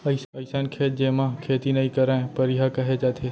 अइसन खेत जेमा खेती नइ करयँ परिया कहे जाथे